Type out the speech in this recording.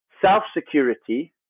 self-security